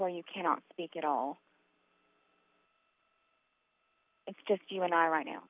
r you cannot speak at all it's just you and i right now